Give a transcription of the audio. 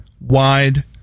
wide